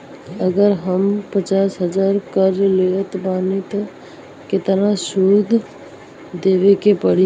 अगर हम पचास हज़ार कर्जा लेवत बानी त केतना सूद देवे के पड़ी?